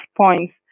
points